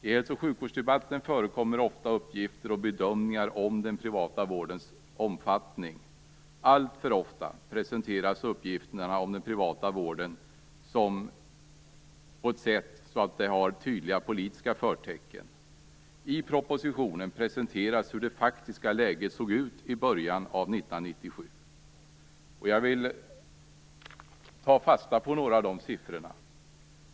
I hälso och sjukvårdsdebatten förekommer ofta uppgifter om och bedömningar av den privata vårdens omfattning. Alltför ofta presenteras uppgifterna om den privata vården på ett sätt med tydliga politiska förtecken. I propositionen presenteras det faktiska läget i början av 1997. Jag vill ta fasta på några av de siffrorna.